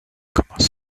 commence